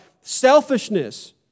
selfishness